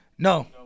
No